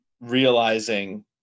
realizing